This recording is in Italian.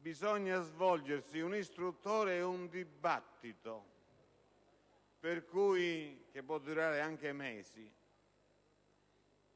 bisogna svolgere un'istruttoria e un dibattito che può durare anche mesi